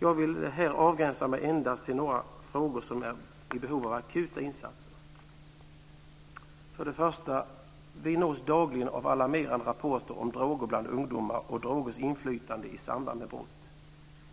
Jag vill här avgränsa mig till endast några saker som är i behov av akuta insatser. Vi nås dagligen av alarmerande rapporter om droger bland ungdomar och drogers inflytande i samband med brott.